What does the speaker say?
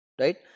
right